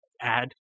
add